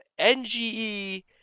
NGE